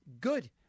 Good